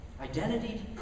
Identity